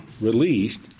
released